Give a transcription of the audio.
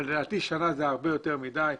אבל לדעתי שנה זה הרבה יותר מדיי.